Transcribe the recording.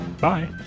Bye